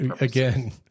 Again